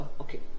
okay